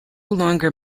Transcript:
longer